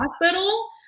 Hospital